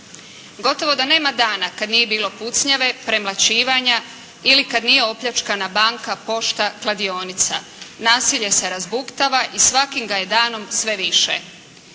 Gotovo da nema dana kada nije bilo pucnjave, premlaćivanja ili kada nije opljačkana banka, pošta, kladionica. Nasilje se razbuktava i svakim ga je danom sve više.